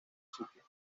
sitio